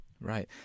right